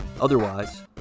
Otherwise